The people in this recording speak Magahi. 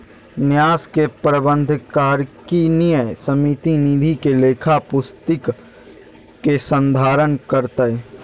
न्यास के प्रबंधकारिणी समिति निधि के लेखा पुस्तिक के संधारण करतय